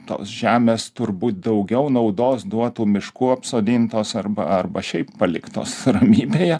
tos žemės turbūt daugiau naudos duotų mišku apsodintos arba arba šiaip paliktos ramybėje